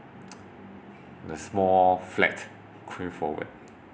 the small flat forward